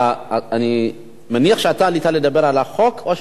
אני מניח שאתה עלית לדבר על החוק או על משהו אחר?